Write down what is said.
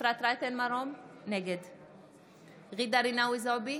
אפרת רייטן מרום, נגד ג'ידא רינאוי זועבי,